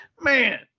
man